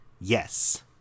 yes